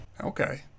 okay